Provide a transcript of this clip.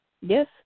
Yes